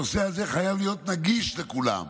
הנושא הזה חייב להיות נגיש לכולם,